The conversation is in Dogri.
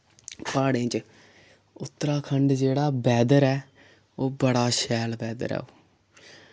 प्हाड़ें च उत्तराखंड जेह्ड़ा वैदर ऐ ओह् बड़ा शैल वैदर ऐ ओह्